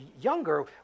younger